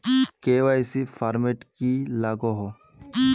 KYC format की लागोहो?